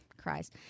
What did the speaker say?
cries